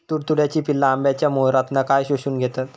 तुडतुड्याची पिल्ला आंब्याच्या मोहरातना काय शोशून घेतत?